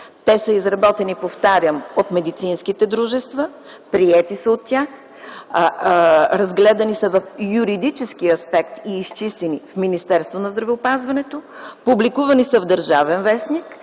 Те са изработени, повтарям, от медицинските дружества, приети са от тях, разгледани са в юридически аспект и изчистени в Министерството на здравеопазването, публикувани са в “Държавен вестник”